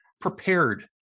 prepared